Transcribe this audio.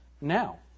Now